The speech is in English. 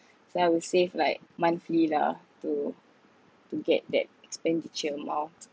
so I will save like monthly lah to to get that expenditure amount